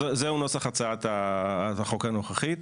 זה הוא נוסח הצעת החוק הנוכחית,